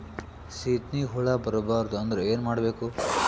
ಸೀತ್ನಿಗೆ ಹುಳ ಬರ್ಬಾರ್ದು ಅಂದ್ರ ಏನ್ ಮಾಡಬೇಕು?